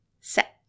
set